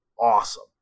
awesome